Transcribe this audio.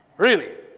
really?